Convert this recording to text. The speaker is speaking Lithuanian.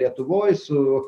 lietuvoj su